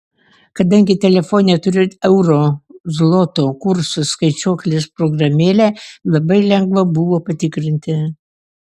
kadangi telefone turiu euro zloto kurso skaičiuoklės programėlę labai lengva buvo patikrinti